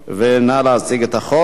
נא להציג את החוק.